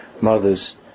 mothers